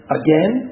again